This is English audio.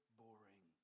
boring